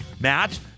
Matt